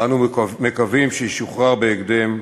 ואנו מקווים שישוחרר בהקדם,